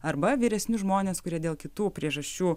arba vyresni žmonės kurie dėl kitų priežasčių